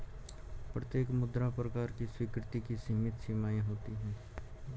प्रत्येक मुद्रा प्रकार की स्वीकृति की सीमित सीमाएँ होती हैं